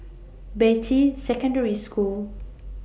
Beatty Secondary School